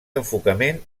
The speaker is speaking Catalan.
enfocament